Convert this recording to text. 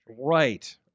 right